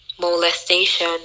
molestation